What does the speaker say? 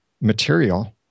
material